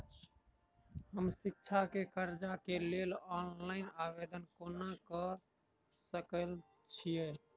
हम शिक्षा केँ कर्जा केँ लेल ऑनलाइन आवेदन केना करऽ सकल छीयै?